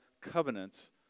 covenants